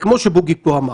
כמו שבוגי פה אמר,